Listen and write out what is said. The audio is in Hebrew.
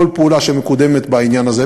כל פעולה שמקודמת בעניין הזה,